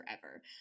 forever